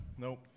Nope